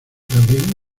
también